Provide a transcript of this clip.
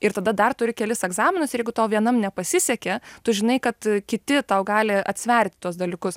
ir tada dar turi kelis egzaminus ir jeigu tau vienam nepasisekė tu žinai kad kiti tau gali atsverti tuos dalykus